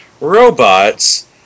robots